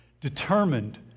determined